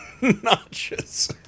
notches